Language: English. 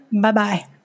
bye-bye